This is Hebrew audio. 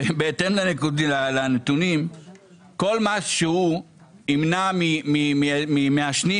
בהתאם לנתונים כל מס שהוא ימנע ממעשנים